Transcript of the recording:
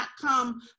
come